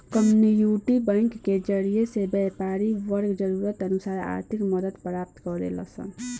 community bank के जरिए से व्यापारी वर्ग जरूरत अनुसार आर्थिक मदद प्राप्त करेलन सन